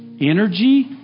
energy